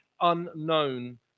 unknown